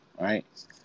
right